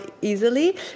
easily